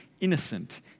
innocent